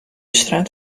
straat